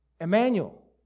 Emmanuel